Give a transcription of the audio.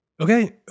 Okay